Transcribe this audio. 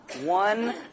One